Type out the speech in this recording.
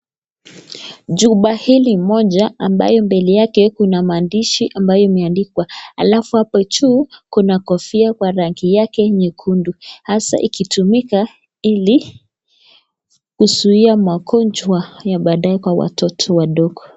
Jumba hili moja ambayo mbele yake kuna maandishi ambayo imeandikwa. Alafu hapo juu kuna kofia kwa rangi yake nyekundu hasa ikitumika ilikuzuia magonjwa ya baadaye kwa watoto wadogo.